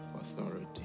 authority